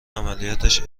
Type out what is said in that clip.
عملیاتش